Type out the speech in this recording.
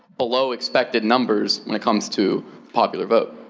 below expected numbers when it comes to popular vote?